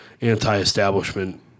anti-establishment